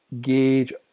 gauge